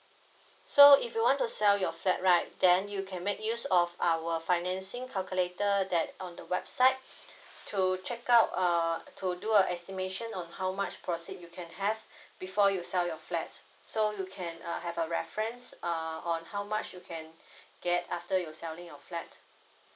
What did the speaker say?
so if you want to sell your flat right then you can make use of our financing calculator that on the website to check out err to do a estimation on how much proceed you can have before you sell your flat so you can uh have a reference err on how much you can get after you selling your flat